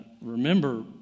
remember